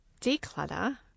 declutter